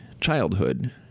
childhood